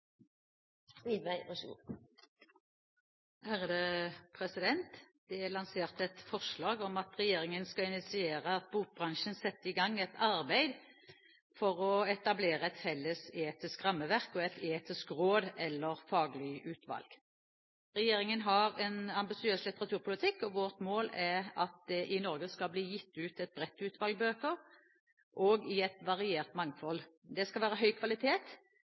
om at regjeringen skal initiere at bokbransjen setter i gang et arbeid for å etablere et felles etisk rammeverk og et etisk råd eller faglig utvalg. Regjeringen har en ambisiøs litteraturpolitikk. Vårt mål er at det i Norge skal bli utgitt et bredt utvalg bøker og i et variert mangfold. Det skal være høy kvalitet,